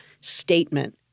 statement